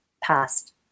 past